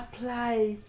apply